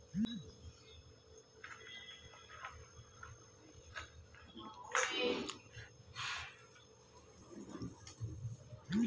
ನನ್ನ ಅಕೌಂಟಿನಾಗ ಉಳಿತಾಯದ ದುಡ್ಡು ಎಷ್ಟಿದೆ?